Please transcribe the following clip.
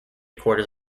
quarters